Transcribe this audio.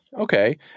Okay